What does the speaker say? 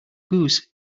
goose